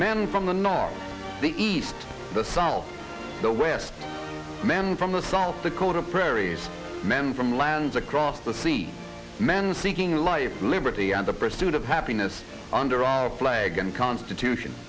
men from the north the east the south the west men from the south dakota prairie men from lands across the sea men seeking life liberty and the pursuit of happiness under our flag and constitution